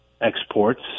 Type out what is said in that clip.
exports